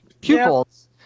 pupils